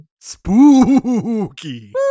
Spooky